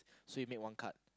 so he made one cut